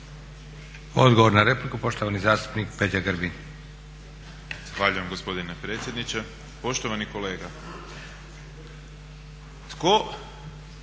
Odgovor na repliku, poštovani zastupnik Peđa Grbin. **Grbin, Peđa (SDP)** Zahvaljujem gospodine predsjedniče. Poštovani kolega,